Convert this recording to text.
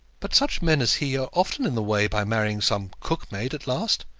but such men as he are often in the way by marrying some cookmaid at last.